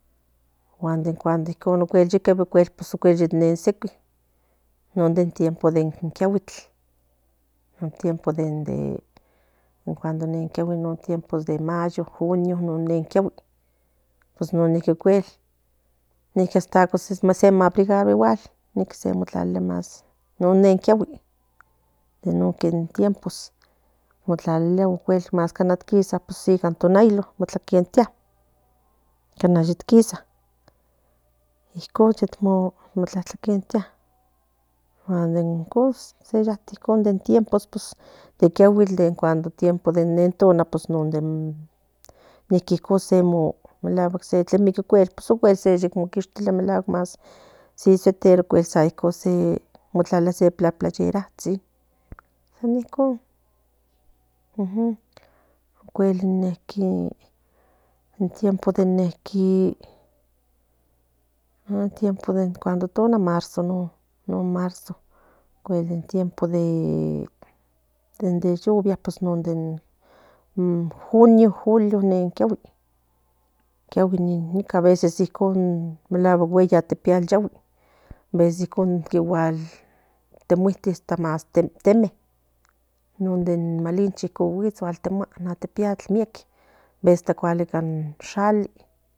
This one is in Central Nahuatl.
Guan de nincon yeka ni sequi non de tiempo de kiahuitl tiempo de kiahuitl non toempode mayo junio non ninqui ocuel amo se abrigarua niqui tiempo más cana kisa mokatentlia cana yo kisa icon tlacatenquia icon in tiempos de nentona non tiempos niqui icon tlemiqui ocuel quishtoca se playeraquintia ocuel tiempo de tona non marzo ocuel tiempo de lluvia non de junio julio nen kiahuitl nica veces melacuatl nen güey ayepiatl yaguis temuki más in teme non de malinchi a temiapcl in shalik cualica